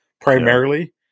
primarily